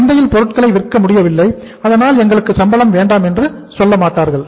சந்தையில் பொருட்களை விற்க முடியவில்லை அதனால் எங்களுக்கு சம்பளம் வேண்டாம் என்று சொல்ல மாட்டார்கள்